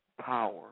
power